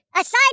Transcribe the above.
aside